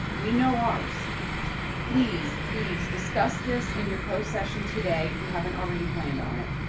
we know ours please please discuss this and your close session today if you haven't already planned on it,